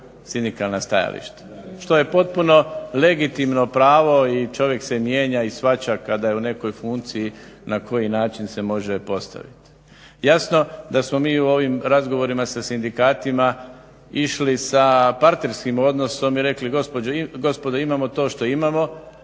sindikalna stajališta što je potpuno legitimno pravo i čovjek se mijenja i shvaća kada je u nekoj funkciji na koji način se može postaviti. Jasno da smo mi u ovom razgovorima sa sindikatima išli sa partnerskim odnosom i rekli gospodo imamo to što imamo,